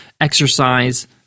exercise